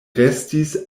restis